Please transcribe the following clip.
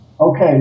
Okay